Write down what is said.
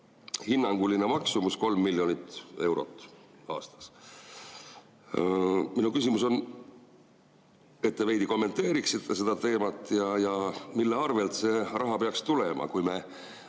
Hinnanguline maksumus on 3 miljonit eurot aastas. Minu küsimus on, et te veidi kommenteeriksite seda teemat ja seda, mille arvel see raha peaks tulema, kui me